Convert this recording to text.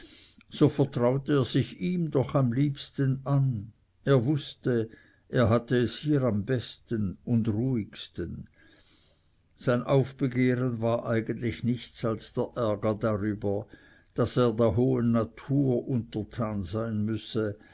so vertraute er sich ihm doch am liebsten an er wußte er hatte es hier am besten und ruhigsten sein aufbegehren war eigentlich nichts als der ärger darüber daß er der hohen natur untertan sein müsse